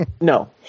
No